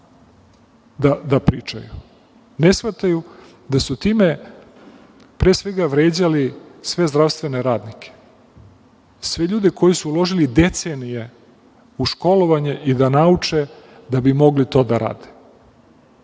da pričaju. Ne shvataju da su time, pre svega, vređali sve zdravstvene radnike, sve ljude koji su uložili decenije u školovanje i da nauče da bi mogli to da rade.